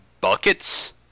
buckets